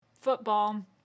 football